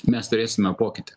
mes turėsime pokytį